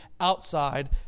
outside